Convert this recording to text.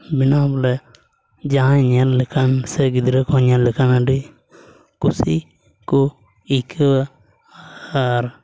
ᱵᱮᱱᱟᱣ ᱵᱚᱞᱮ ᱡᱟᱦᱟᱸᱭ ᱧᱮᱞ ᱞᱮᱠᱟᱱ ᱥᱮ ᱜᱤᱫᱽᱨᱟᱹ ᱠᱚ ᱧᱮᱞ ᱞᱮᱠᱷᱟᱱ ᱟᱹᱰᱤ ᱠᱩᱥᱤ ᱠᱚ ᱟᱹᱭᱠᱟᱹᱣᱟ ᱟᱨ